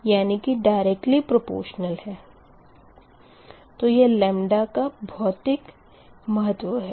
तो यह लेमदा का भौतिक महत्व है